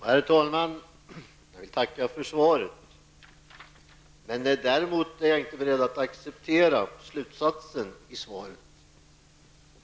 Herr talman! Jag tackar för svaret, men är däremot, av åtminstone två skäl, inte beredd att acceptera slutsatsen i det.